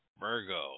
Virgo